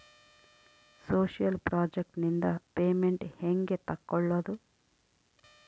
Social project ನಿಂದ payment ಹೆಂಗೆ ತಕ್ಕೊಳ್ಳದು?